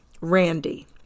Randy